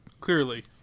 Clearly